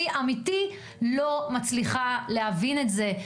אני לא מצליחה להבין את זה,